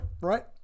right